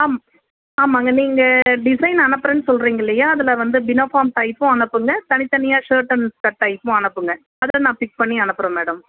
ஆம் ஆமாம்ங்க நீங்கள் டிசைன் அனுப்புகிறேன் சொல்லுறீங்க இல்லையா அதில் வந்து பினோஃபார்ம் டைப்பும் அனுப்புங்கள் தனித்தனியாக சர்ட் அண்ட் ஷர்ட் டைப்பும் அனுப்புங்கள் அதில் நான் பிக் பண்ணி அனுப்புகிறேன் மேடம்